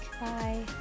Bye